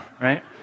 Right